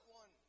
one